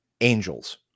angels